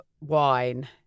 wine